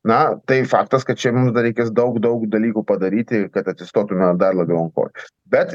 na tai faktas kad čia mums dar reikės daug daug dalykų padaryti kad atsistotume dar labiau ant kojų bet